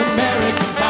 American